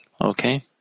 Okay